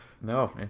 No